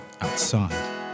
Outside